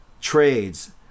trades